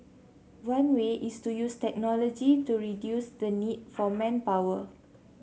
one way is to use technology to reduce the need for manpower